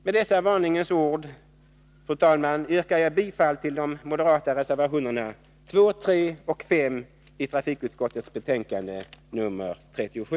Med dessa varningens ord, fru talman, yrkar jag bifall till de moderata reservationerna 2, 3 och 5 i trafikutskottets betänkande nr 37.